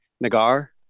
Nagar